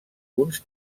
uns